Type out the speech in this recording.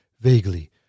Vaguely